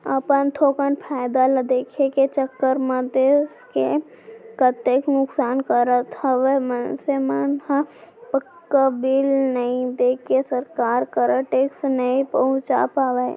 अपन थोकन फायदा ल देखे के चक्कर म देस के कतेक नुकसान करत हवय मनसे मन ह पक्का बिल नइ लेके सरकार करा टेक्स नइ पहुंचा पावय